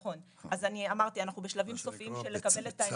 אז אמרתי, אנחנו בשלבים של לקבל את העמדות.